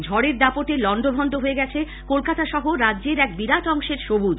ঝড়ের দাপটে লন্ডভন্ড হয়ে গেছে কলকাতা সহ রাজ্যের এক বিরাট অংশের সবুজ